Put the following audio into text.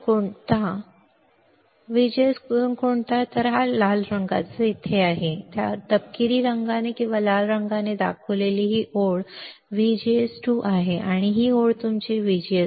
VGS2 कोणता VGS2 हा लाल रंग येथे आहे तपकिरी रंगाने किंवा लाल रंगाने दाखवलेली ही ओळ VGS2 आहे आणि ही ओळ तुमची VGS1 आहे